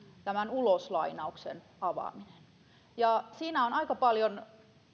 uloslainauksen avaaminen siinä on aika paljon